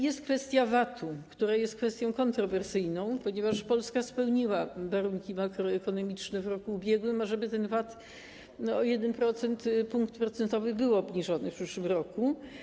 Jest kwestia VAT-u, która jest kwestią kontrowersyjną, ponieważ Polska spełniła warunki makroekonomiczne w roku ubiegłym, ażeby ten VAT o 1%, 1 punkt procentowy był obniżony w przyszłym roku.